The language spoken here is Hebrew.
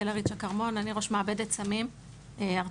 כרמון, אני ראש מעבדת סמים ארצית.